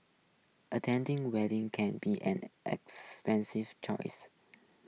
attending weddings can be an expensive chores